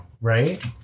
right